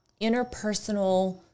interpersonal